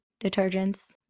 detergents